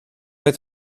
oedd